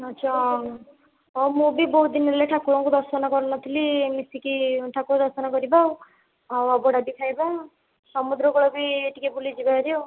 ଆଚ୍ଛା ହଁ ମୁଁ ବି ବହୁତ ଦିନ ହେଲା ଠାକୁରଙ୍କୁ ଦର୍ଶନ କରିନଥିଲି ମିଶିକି ଠାକୁର ଦର୍ଶନ କରିବା ଆଉ ଅବଢ଼ାଟି ଖାଇବା ସମୁଦ୍ରକୂଳ ବି ଟିକେ ବୁଲିଯିବା ଭାରି ଆଉ